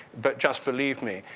but just believe me,